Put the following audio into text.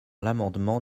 l’amendement